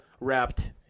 wrapped